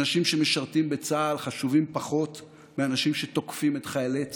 אנשים שמשרתים בצה"ל חשובים פחות מאנשים שתוקפים את חיילי צה"ל,